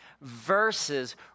verses